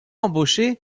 embauché